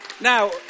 Now